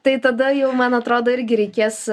tai tada jau man atrodo irgi reikės